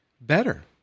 better